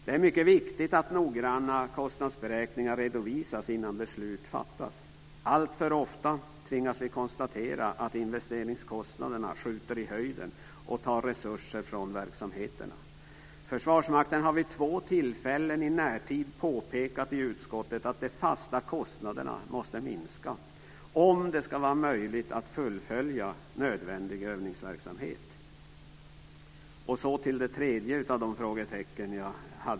Det är mycket viktigt att noggranna kostnadsberäkningar redovisas innan beslut fattas. Alltför ofta tvingas vi konstatera att investeringskostnaderna skjuter i höjden och tar resurser från verksamheterna. Försvarsmakten har vid två tillfällen i närtid påpekat i utskottet att de fasta kostnaderna måste minska, om det ska vara möjligt att fullfölja nödvändig övningsverksamhet. Jag har ytterligare ett frågetecken.